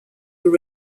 were